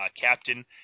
captain